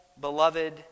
beloved